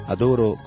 Adoro